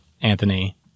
Anthony